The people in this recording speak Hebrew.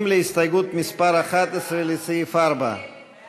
ההסתייגות של קבוצת סיעת הרשימה המשותפת לסעיף 4 לא